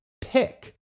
pick